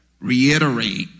reiterate